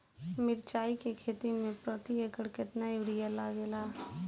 मिरचाई के खेती मे प्रति एकड़ केतना यूरिया लागे ला?